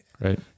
Right